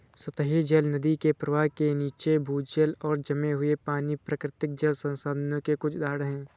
सतही जल, नदी के प्रवाह के नीचे, भूजल और जमे हुए पानी, प्राकृतिक जल संसाधनों के कुछ उदाहरण हैं